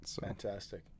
Fantastic